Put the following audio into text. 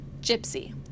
Gypsy